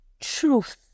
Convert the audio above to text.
truth